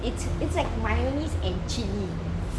it's it's like my mayonnaise and chilli